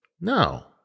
no